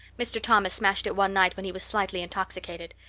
mr. thomas smashed it one night when he was slightly intoxicated.